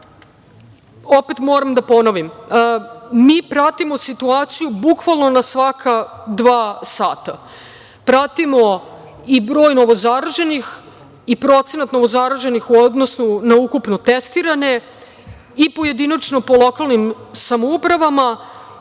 opet moram da ponovim, mi pratimo situaciju bukvalno na svaka dva sata. Pratimo i broj novozaraženih i procenat novozaraženih u odnosu na ukupno testirane i pojedinačno po lokalnim samoupravama